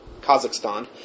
Kazakhstan